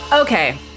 Okay